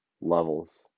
levels